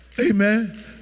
Amen